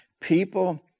people